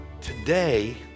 Today